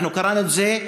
אנחנו קראנו את זה.